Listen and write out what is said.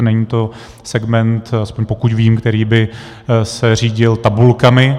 Není to segment, aspoň pokud vím, který by se řídil tabulkami.